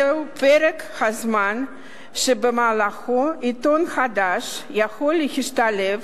זהו פרק הזמן שבמהלכו עיתון חדש יכול להשתלב